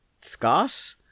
Scott